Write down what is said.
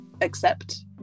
accept